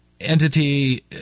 entity